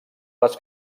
les